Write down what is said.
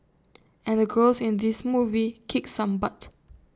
and the girls in this movie kick some butt